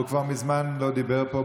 הוא כבר מזמן לא דיבר כאן.